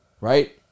right